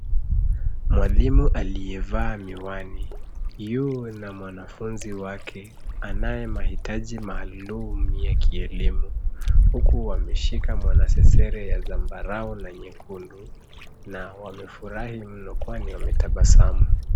Mwalimu aliyevaa miwani yu na mwanafunzi wake, anaye mahitaji maalumu ya kielimu, huku wameshika mwanasesere ya zambarau na nyekundu, na wamefurahi mno kwani wametabasamu.